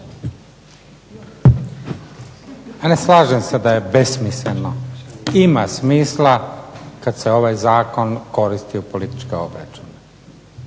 Ne slažem se da je besmisleno. Ima smisla kad se ovaj zakon koristi u političke obračune.